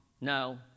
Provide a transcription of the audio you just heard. No